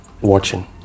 watching